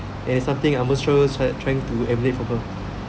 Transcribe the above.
and something I'm most sure is trying to emulate from her